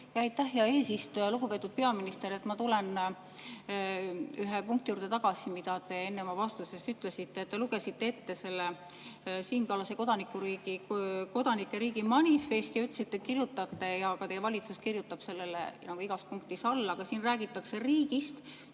Aitäh, hea eesistuja! Lugupeetud peaminister! Ma tulen ühe punkti juurde tagasi, mida te enne oma vastuses ütlesite. Te lugesite ette Siim Kallase kodanike riigi manifesti ja ütlesite, et kirjutate ja ka teie valitsus kirjutab sellele igas punktis alla. Siin räägitakse riigist,